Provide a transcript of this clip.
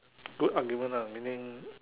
good argument lah meaning